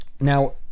Now